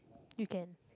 you can